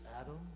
Adam